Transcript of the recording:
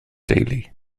deulu